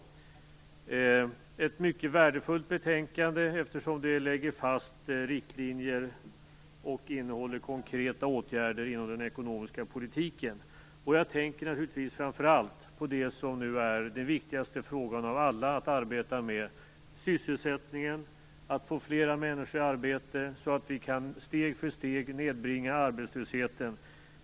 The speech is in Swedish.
Det är ett mycket värdefullt betänkande, eftersom det lägger fast riktlinjer och innehåller konkreta åtgärder inom den ekonomiska politiken. Jag tänker naturligtvis framför allt på den fråga som nu är den viktigaste av alla att arbeta med, nämligen sysselsättningen - att få flera människor i arbete så att vi steg för steg kan nedbringa arbetslösheten.